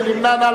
מי נמנע?